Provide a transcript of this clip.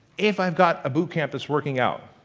if i've got boo campus working out